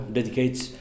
dedicates